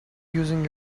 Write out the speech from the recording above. using